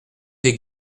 des